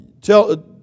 tell